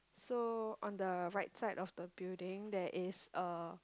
so on the right side of the building there is a